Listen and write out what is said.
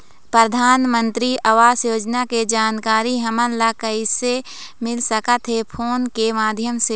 परधानमंतरी आवास योजना के जानकारी हमन ला कइसे मिल सकत हे, फोन के माध्यम से?